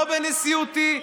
לא בנשיאותי,